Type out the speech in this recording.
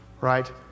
right